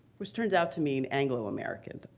which turns out to mean anglo american.